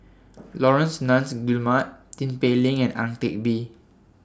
Laurence Nunns Guillemard Tin Pei Ling and Ang Teck Bee